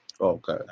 Okay